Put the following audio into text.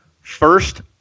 First